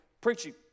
preaching